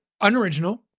unoriginal